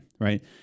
right